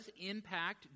impact